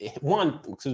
One